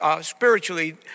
spiritually